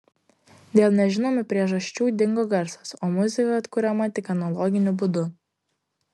dėl nežinomų priežasčių dingo garsas o muzika atkuriama tik analoginiu būdu